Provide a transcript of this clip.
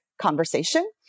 conversation